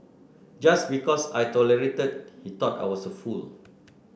just because I tolerated he thought I was a fool